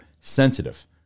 sensitive